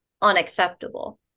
unacceptable